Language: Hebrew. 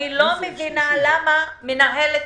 אני לא מבינה למה מנהלת